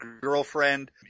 girlfriend